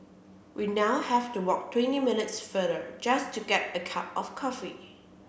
we now have to walk twenty minutes farther just to get a cup of coffee